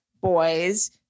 boys